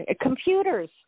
Computers